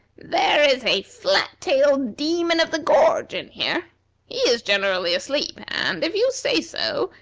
there is a flat-tailed demon of the gorge in here. he is generally asleep, and, if you say so,